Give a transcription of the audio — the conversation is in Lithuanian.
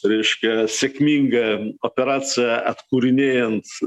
reiškia sėkmingą operaciją atkūrinėjant